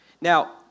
Now